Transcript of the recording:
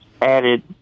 added